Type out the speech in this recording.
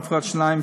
רפואת שיניים,